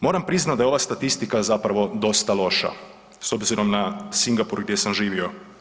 Moram priznati da je ova statistika zapravo dosta loša s obzirom na Singapur gdje sam živio.